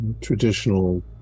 traditional